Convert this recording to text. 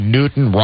Newton